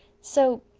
so.